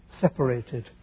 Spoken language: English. separated